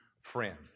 friend